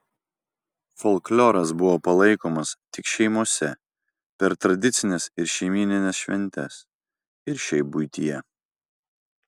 folkloras buvo palaikomas tik šeimose per tradicines ir šeimynines šventes ir šiaip buityje